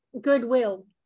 goodwill